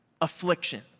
affliction